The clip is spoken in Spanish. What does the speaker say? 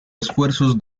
esfuerzos